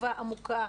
טובה, עמוקה,